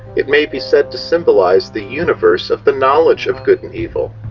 it may be said to symbolize the universe of the knowledge of good and evil,